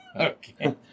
Okay